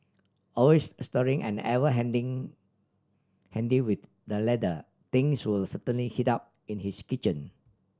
always stirring and ever handing handy with the ladle things will certainly heat up in his kitchen